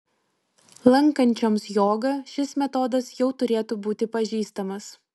lankančioms jogą šis metodas jau turėtų būti pažįstamas